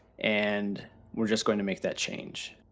and we're just gonna make that change.